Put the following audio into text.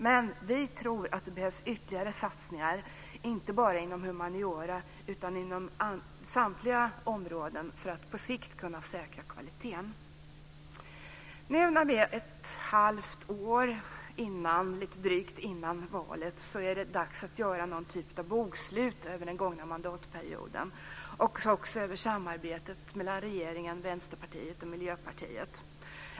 Men vi tror att det behövs ytterligare satsningar, inte bara inom humaniora utan inom samtliga områden för att på sikt kunna säkra kvaliteten. Nu när det är lite drygt ett halvt år kvar till valet är det dags att göra någon typ av bokslut över den gångna mandatperioden och också över samarbetet mellan regeringen, Vänsterpartiet och Miljöpartiet.